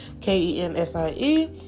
K-E-N-S-I-E